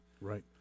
Right